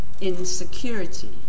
insecurity